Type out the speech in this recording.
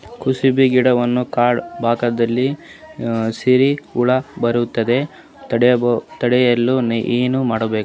ಕುಸುಬಿ ಗಿಡದ ಕಾಂಡ ಭಾಗದಲ್ಲಿ ಸೀರು ಹುಳು ಬರದಂತೆ ತಡೆಯಲು ಏನ್ ಮಾಡಬೇಕು?